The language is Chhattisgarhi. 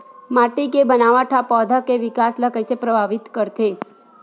माटी के बनावट हा पौधा के विकास ला कइसे प्रभावित करथे?